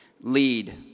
lead